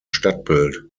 stadtbild